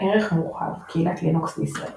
ערך מורחב – קהילת לינוקס בישראל